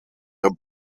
der